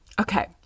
Okay